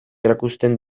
erakusten